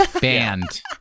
Banned